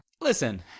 Listen